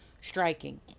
striking